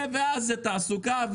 ואז זה תעסוקה,